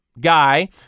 guy